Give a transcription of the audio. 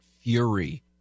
fury